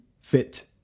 fit